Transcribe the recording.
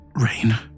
Rain